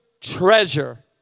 treasure